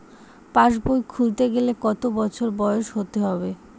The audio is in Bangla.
পাশবই খুলতে গেলে কত বছর বয়স হতে হবে?